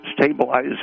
stabilize